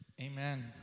Amen